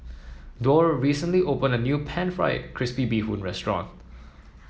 Dorr recently opened a new pan fried crispy Bee Hoon restaurant